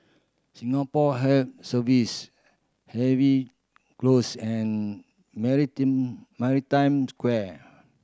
Singapore Health Service Harvey Close and Maritime Square